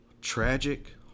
tragic